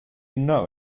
know